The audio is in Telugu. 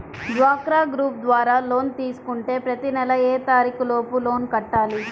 డ్వాక్రా గ్రూప్ ద్వారా లోన్ తీసుకుంటే ప్రతి నెల ఏ తారీకు లోపు లోన్ కట్టాలి?